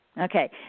Okay